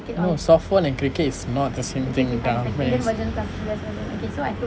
no softball and cricket is not the same thing dumbass